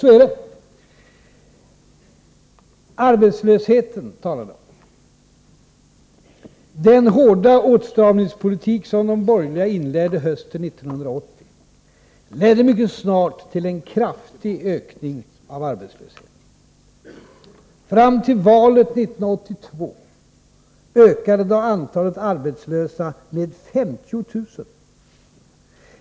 De borgerliga talar om arbetslösheten. Den hårda åtstramningspolitik som de borgerliga började föra hösten 1980 ledde mycket snart till en kraftig ökning av arbetslösheten. Fram till valet 1982 ökade antalet arbetslösa med 50000.